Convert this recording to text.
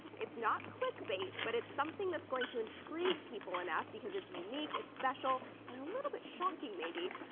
it's not click bait but it's something that's going to intrigue people enough because it's unique, it's special and a little bit shocking maybe,